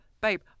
babe